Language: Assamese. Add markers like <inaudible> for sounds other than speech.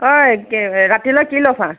ঐ <unintelligible> ৰাতিলৈ কি লৈছা